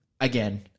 again